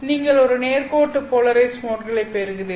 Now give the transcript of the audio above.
நீங்கள் ஒரு நேர்கோட்டு போலரைஸ்ட் மோட்களைப் பெறுவீர்கள்